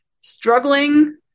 struggling